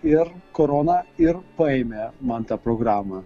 ir korona ir paėmė man tą programą